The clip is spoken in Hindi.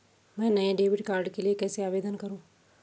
मैं नए डेबिट कार्ड के लिए कैसे आवेदन करूं?